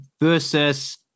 versus